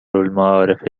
المعارف